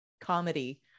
comedy